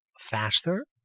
faster